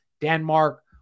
Denmark